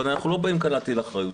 אבל אנחנו לא באים כאן להטיל אחריות,